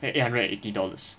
at eight hundred and eighty dollars